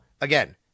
again